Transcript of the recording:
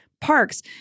parks